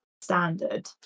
standard